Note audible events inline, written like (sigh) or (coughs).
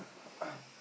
(coughs)